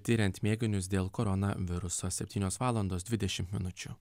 tiriant mėginius dėl koronaviruso septynios valandos dvidesšimt minučių